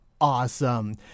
awesome